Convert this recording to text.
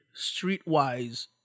streetwise